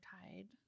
tied